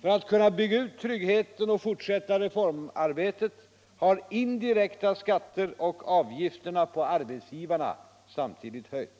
För att kunna bygga ut tryggheten och fortsätta reformarbetet har indirekta skatter och avgifterna på arbetsgivarna samtidigt höjts.